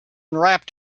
wrapped